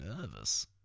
nervous